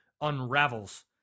unravels